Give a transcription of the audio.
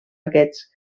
aquests